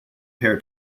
pair